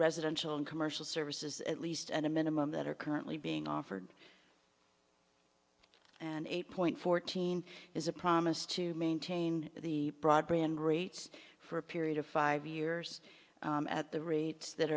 residential and commercial services at least at a minimum that are currently being offered an eight point fourteen is a promise to maintain the broadband rates for a period of five years at the rates that